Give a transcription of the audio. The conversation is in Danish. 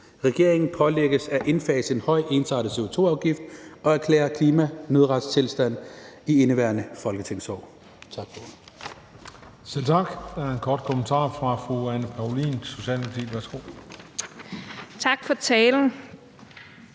Regeringen pålægges at indfase en høj ensartet CO2-afgift og erklære klimanødretstilstand i indeværende folketingsår.« (Forslag